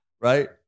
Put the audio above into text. Right